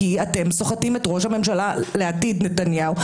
כי אתם סוחטים את ראש הממשלה לעתיד נתניהו,